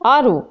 ಆರು